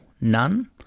none